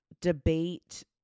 debate